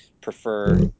prefer